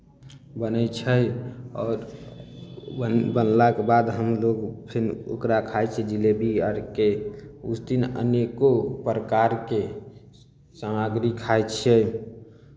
बनै छै आओर बन बनलाके बाद हमलोग फेन ओकरा खाइ छियै जिलेबी आरके उस दिन अनेको प्रकारके स् सामग्री खाइ छियै